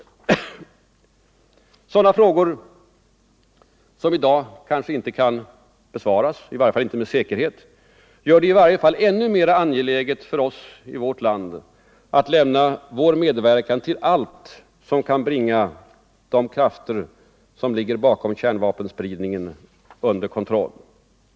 22 november 1974 Sådana frågor — som i dag kanske inte kan besvaras, i varje fall inte = med säkerhet — gör det under alla förhållanden ännu mera angeläget — Ang. säkerhetsoch för oss i vårt land att lämna vår medverkan till allt som kan bringa = nedrustningsfrågorde krafter som ligger bakom kärnvapenspridningen under kontroll.